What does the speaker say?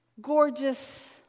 gorgeous